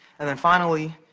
and then finally,